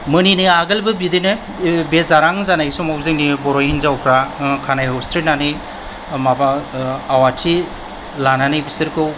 मोनैनि आगोलबो बिदिनो बे जारां जानाय समाव जोंनि बर' हिन्जावफ्रा खानाय हस्रिनानै माबा आवाथि लानानै बिसोरखौ